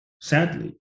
sadly